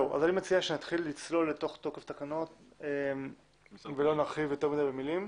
אני מציע שנתחיל לתקנות ולא נכביר מילים.